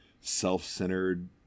self-centered